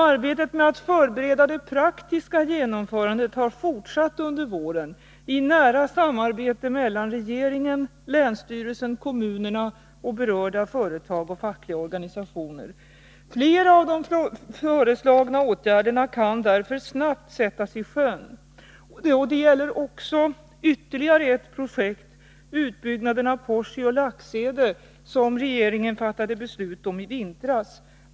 Arbetet med att förbereda det praktiska genomförandet har fortsatt under våren i nära samarbete mellan regeringen, länsstyrelsen, kommunerna, berörda företag och fackliga organisationer. Flera av de föreslagna åtgärderna kan därför snabbt sättas i sjön. Det gäller ytterligare ett projekt, utbyggnaden av Porsi och Laxede, som regeringen fattade beslut om i vintras.